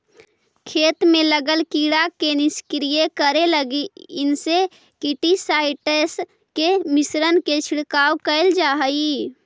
खेत में लगल कीड़ा के निष्क्रिय करे लगी इंसेक्टिसाइट्स् के मिश्रण के छिड़काव कैल जा हई